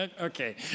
okay